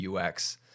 UX